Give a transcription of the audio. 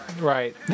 right